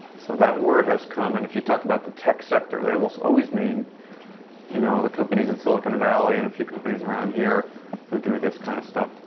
so that word has come. and if you talk about the tech sector, they almost always mean you know the companies in silicon valley and a few companies around here who do this kind of stuff.